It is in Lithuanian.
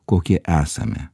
kokie esame